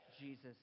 Jesus